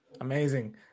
Amazing